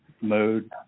mode